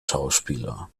schauspieler